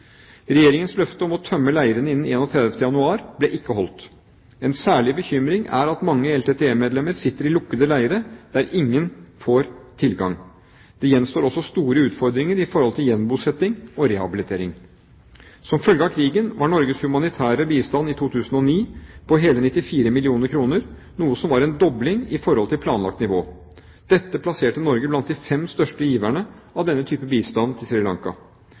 Regjeringens løfte om å tømme leirene innen 31. januar ble ikke holdt. En særlig bekymring er at mange LTTE-medlemmer sitter i lukkede leirer der ingen får tilgang. Det gjenstår også store utfordringer i forhold til gjenbosetting og rehabilitering. Som følge av krigen var Norges humanitære bistand i 2009 på hele 94 mill. kr, noe som var en dobling i forhold til planlagt nivå. Dette plasserte Norge blant de fem største giverne av denne type bistand til Sri Lanka.